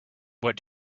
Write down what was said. what